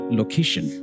location